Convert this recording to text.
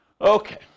Okay